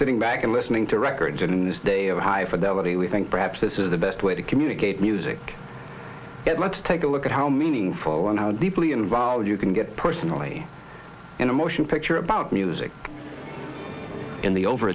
sitting back and listening to records and in this day of high fidelity we think perhaps this is the best way to communicate music yet let's take a look at how meaningful and our deeply involved you can get personally in a motion picture about music in the over